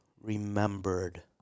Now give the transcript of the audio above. remembered